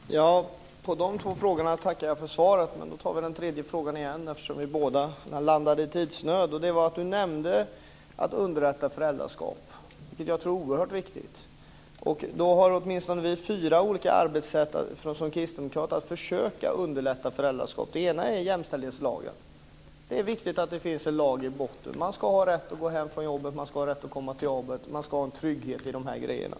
Fru talman! På de två frågorna tackar jag för svaret. Men jag tar den tredje frågan igen eftersom vi båda landade i tidsnöd. Jordbruksministern nämnde frågan om att underlätta föräldraskap, vilket jag tycker är oerhört viktigt. Vi kristdemokrater har åtminstone fyra arbetssätt för att försöka underlätta föräldraskap. Det ena är jämställdhetslagen. Det är viktigt att det finns en lag i botten. Man ska ha rätt att gå hem från jobbet, att komma till jobbet. Man ska ha trygghet i de här grejerna.